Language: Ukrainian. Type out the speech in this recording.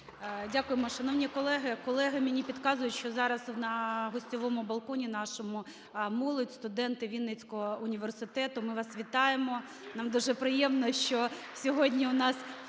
Дякуємо. Шановні колеги, колеги мені підказують, що зараз на гостьовому балконі нашому - молодь, студенти Вінницького університету. Ми вас вітаємо. (Оплески) Нам дуже приємно, що сьогодні в нас